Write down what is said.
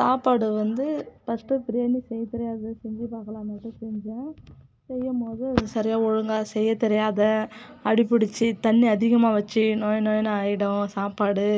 சாப்பாடு வந்து ஃபஸ்ட்டு பிரியாணி செய்ய தெரியாது செஞ்சு பார்க்கலாமேன்ட்டு செஞ்சேன் செய்யும் போது அது சரியாக ஒழுங்காக செய்ய தெரியாம அடி புடிச்சி தண்ணி அதிகமாக வச்சு நொய் நொய்யினு ஆகிடும் சாப்பாடு